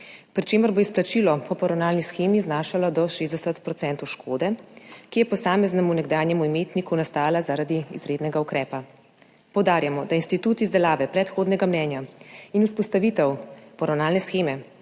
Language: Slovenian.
pri čemer bo izplačilo po poravnalni shemi znašalo do 60 % škode, ki je posameznemu nekdanjemu imetniku nastala zaradi izrednega ukrepa. Poudarjamo, da institut izdelave predhodnega mnenja in vzpostavitev poravnalne sheme